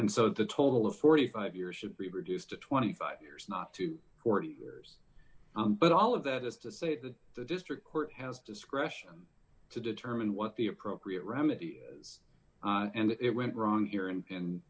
and so the total of forty five years should be reduced to twenty five years not to forty years but all of that is to say that the district court has discretion to determine what the appropriate remedy is and it went wrong here and